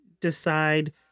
decide